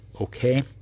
okay